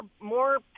more